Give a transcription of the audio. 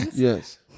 Yes